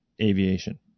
aviation